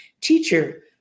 Teacher